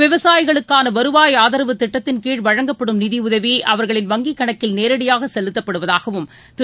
விவசாயிகளுக்கான வருவாய் ஆதரவு திட்டத்தின்கீழ் வழங்கப்படும் நிதியுதவி அவர்களின் வங்கிக் கணக்கில் நேரடியாக செலுத்தப்படுவதாகவும் திரு